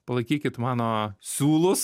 palaikykit mano siūlus